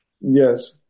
Yes